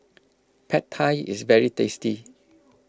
Pad Thai is very tasty